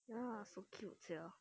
ya so cute sia